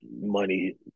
money